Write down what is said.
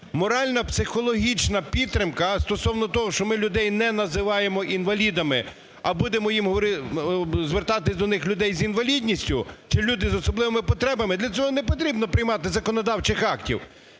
Морально-психологічна підтримка стосовно того, що ми людей не називаємо інвалідами, а будемо звертатися до них: "людей з інвалідністю" чи "люди з особливими потребами", - для цього не потрібно приймати законодавчих актів.